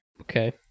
okay